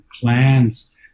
plans